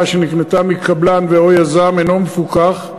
שנקנתה מקבלן ו/או מיזם אינו מפוקח,